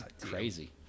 crazy